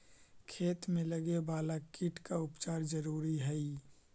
खेत में लगे वाला कीट का उपचार जरूरी हई